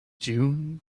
june